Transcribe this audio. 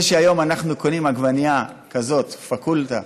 זה שהיום אנחנו קונים עגבנייה כזאת, פקולטה,